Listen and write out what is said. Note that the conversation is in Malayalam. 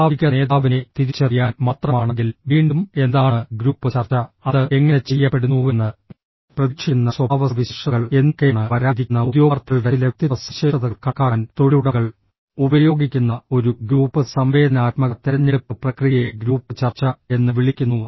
സ്വാഭാവിക നേതാവിനെ തിരിച്ചറിയാൻ മാത്രമാണെങ്കിൽ വീണ്ടും എന്താണ് ഗ്രൂപ്പ് ചർച്ച അത് എങ്ങനെ ചെയ്യപ്പെടുന്നുവെന്ന് പ്രതീക്ഷിക്കുന്ന സ്വഭാവസവിശേഷതകൾ എന്തൊക്കെയാണ് വരാനിരിക്കുന്ന ഉദ്യോഗാർത്ഥികളുടെ ചില വ്യക്തിത്വ സവിശേഷതകൾ കണക്കാക്കാൻ തൊഴിലുടമകൾ ഉപയോഗിക്കുന്ന ഒരു ഗ്രൂപ്പ് സംവേദനാത്മക തിരഞ്ഞെടുപ്പ് പ്രക്രിയയെ ഗ്രൂപ്പ് ചർച്ച എന്ന് വിളിക്കുന്നു